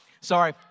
Sorry